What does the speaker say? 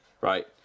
right